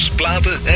platen